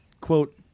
quote